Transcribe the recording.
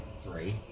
Three